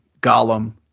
Gollum